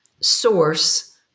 source